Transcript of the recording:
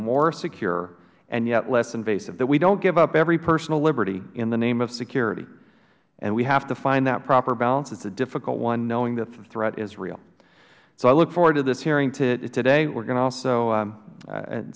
more secure and yet less invasive that we don't give up every personal liberty in the name of security and we have to find that proper balance it's a difficult one knowing that the threat is real so i look forward to this hearing today we are going to also